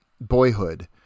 Boyhood